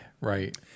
right